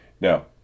Now